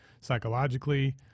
psychologically